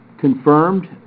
confirmed